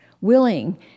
Willing